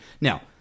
Now